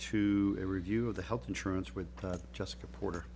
to a review of the health insurance with jessica porter